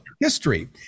History